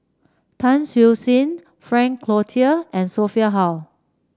Tan Siew Sin Frank Cloutier and Sophia Hull